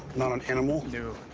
not on animal?